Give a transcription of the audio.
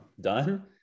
done